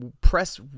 press